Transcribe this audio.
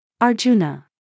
Arjuna